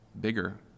bigger